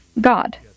God